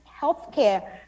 healthcare